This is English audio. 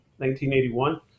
1981